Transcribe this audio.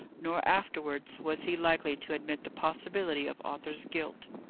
nor afterwards, was he likely to admit the possibility of arthur's guilt.